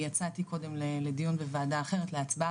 אם הצעת החקיקה להחמרת ענישה ולהוספת תקנים למניעת מקרה אלימות,